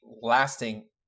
lasting